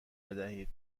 بدهید